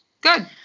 Good